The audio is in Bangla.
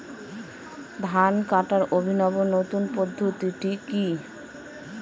ধান কাটার অভিনব নতুন পদ্ধতিটি কি?